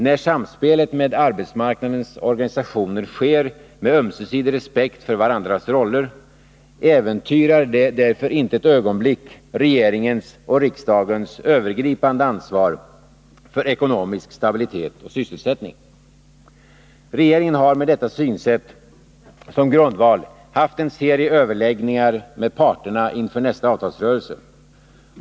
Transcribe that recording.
När samspelet med arbetsmarknadens organisationer sker med ömsesidig respekt för varandras roller äventyrar det därför inte ett ögonblick regeringens och riksdagens övergripande ansvar för ekonomisk stabilitet och sysselsättning. Regeringen har med detta synsätt som grundval haft en serie överläggningar med parterna inför nästa avtalsrörelse.